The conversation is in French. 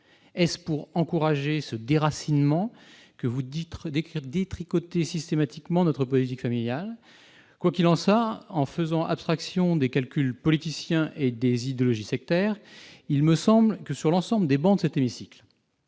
Est-ce pour encourager ce déracinement que vous dites détricoter systématiquement notre politique familiale ? Quoi qu'il en soit, en faisant abstraction des calculs politiciens et des idéologies sectaires, il me semble que, sur l'ensemble des travées de cet hémicycle,